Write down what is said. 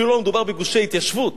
אפילו לא מדובר בגושי התיישבות.